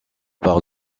par